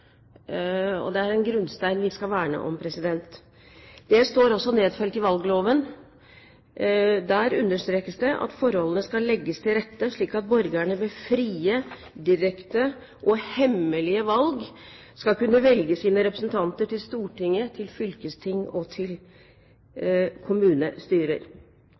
og det er en grunnstein vi skal verne om. Det står også nedfelt i valgloven. Der understrekes det at forholdene skal legges «til rette slik at borgerne ved frie, direkte og hemmelige valg skal kunne velge sine representanter til Stortinget, fylkesting og kommunestyrer.»